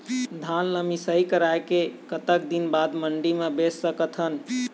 धान ला मिसाई कराए के कतक दिन बाद मा मंडी मा बेच सकथन?